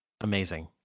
amazing